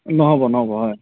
নহ'ব নহ'ব হয়